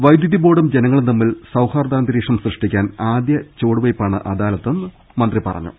വൈദ്യുതി ബോർഡും ജനങ്ങളും തമ്മിൽ സൌഹാർദ്ദാന്തരീക്ഷം സൃഷ്ടിക്കാൻ ആദ്യ ചുവടുവയ്പാണ് അദാല ത്തെന്ന് മന്ത്രി പറഞ്ഞു